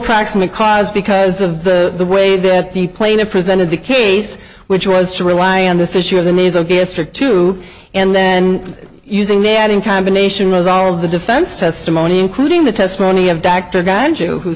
proximate cause because of the way that the plaintiff presented the case which was to rely on this issue of the nasal gastric tube and then using that in combination with all of the defense testimony including the testimony of dr guy joe who